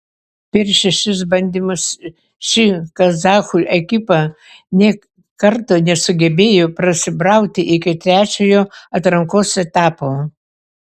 per šešis bandymus ši kazachų ekipa nei karto nesugebėjo prasibrauti iki trečiojo atrankos etapo